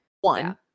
one